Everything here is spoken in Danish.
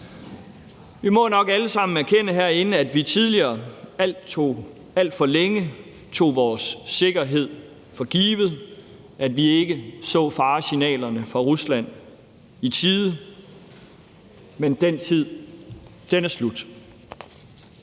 Vi må jo nok alle sammen herinde erkende, at vi tidligere alt for længe tog vores sikkerhed for givet, og at vi ikke så fare signalerne fra Rusland i tide. Men den tid er slut.